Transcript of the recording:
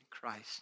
Christ